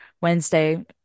Wednesday